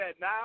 now